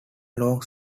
long